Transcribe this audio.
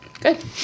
good